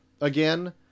again